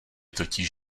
totiž